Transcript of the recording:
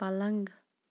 پَلنٛگ